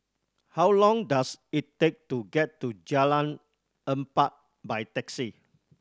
how long does it take to get to Jalan Empat by taxi